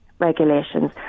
regulations